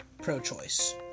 pro-choice